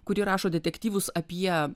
kuri rašo detektyvus apie